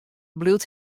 bliuwt